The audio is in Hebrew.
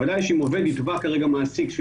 ודאי שאם עובד יתבע כרגע מעסיק,